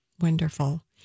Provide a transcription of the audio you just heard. Wonderful